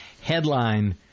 Headline